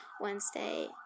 Wednesday